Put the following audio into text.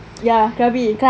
ya krabi